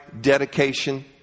dedication